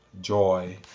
joy